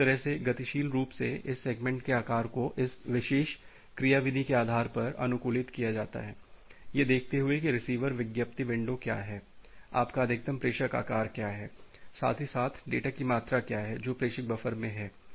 तो इस तरह से गतिशील रूप से इस सेगमेंट के आकार को इस विशेष क्रियाविधि के आधार पर अनुकूलित किया जाता है यह देखते हुए कि रिसीवर विज्ञापित विंडो क्या है आपका अधिकतम प्रेषक आकार क्या है साथ ही साथ डेटा की मात्रा क्या है जो प्रेषक बफर में है